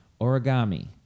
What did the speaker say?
Origami